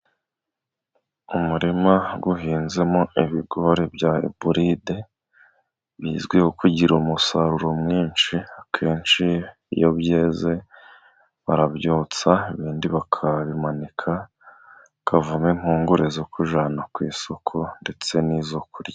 Umurima uhinzemo ibigori bya iburide ,bizwiho kugira umusaruro mwinshi akenshi iyo byeze barabyotsa ibindi bakabimanika bikavamo impungure zo kujyana ku isoko ndetse n'izo kurya.